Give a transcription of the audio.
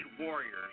warriors